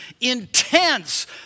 intense